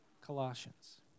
Colossians